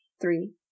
Three